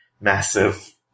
massive